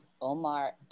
Omar